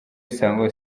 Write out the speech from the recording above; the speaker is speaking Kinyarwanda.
isango